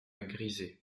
grisé